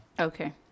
Okay